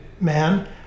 man